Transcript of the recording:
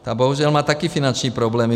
Ta bohužel má taky finanční problémy.